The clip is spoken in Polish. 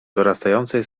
dorastającej